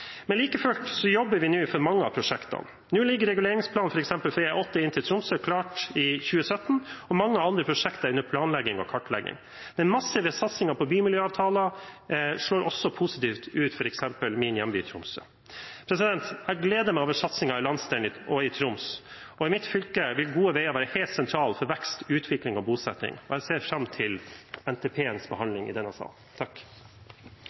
Men like fullt jobber vi nå for mange av prosjektene. Nå ligger det f.eks. midler til reguleringsplan for E8 inn til Tromsø i 2017-budsjettet, og mange andre prosjekter er under planlegging og kartlegging. Den massive satsingen på bymiljøavtaler slår også positivt ut, f.eks. i min hjemby, Tromsø. Jeg gleder meg over satsingen i landsdelen min og i Troms. I mitt fylke vil gode veier være helt sentralt for vekst, utvikling og bosetting. Jeg ser fram til